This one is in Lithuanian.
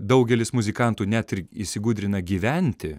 daugelis muzikantų net ir įsigudrina gyventi